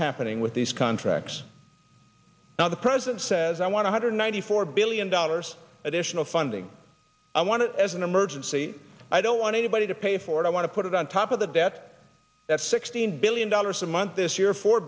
happening with these contracts now the president says i want a hundred ninety four billion dollars additional funding i want it as an emergency i don't want anybody to pay for it i want to put it on top of the debt that's sixteen billion dollars a month this year four